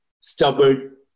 stubborn